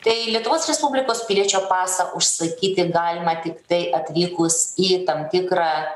tai lietuvos respublikos piliečio pasą užsakyti galima tiktai atvykus į tam tikrą